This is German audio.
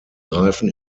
reifen